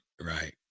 right